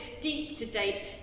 deep-to-date